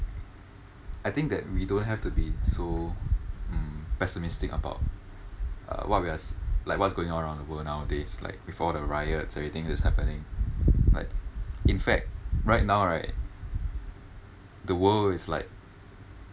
I think that we don't have to be so um pessimistic about uh what we are like what's going around the world nowadays like with all the riots everything that's happening like in fact right now right the world is like